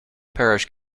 parish